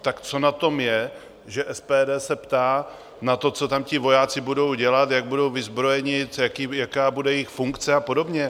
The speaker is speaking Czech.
Tak co na tom je, že SPD se ptá na to, co tam ti vojáci budou dělat, jak budou vyzbrojeni, jaká bude jejich funkce a podobně?